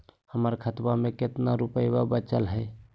हमर खतवा मे कितना रूपयवा बचल हई?